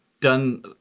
done